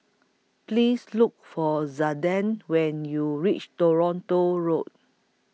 Please Look For Zaiden when YOU REACH Toronto Road